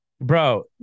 Bro